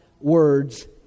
words